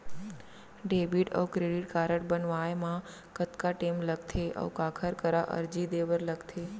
Debit अऊ credit card बनवाए मा कतका टेम लगथे, अऊ काखर करा अर्जी दे बर लगथे?